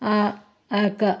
ఆ యొక్క